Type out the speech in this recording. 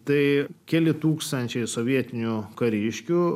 tai keli tūkstančiai sovietinių kariškių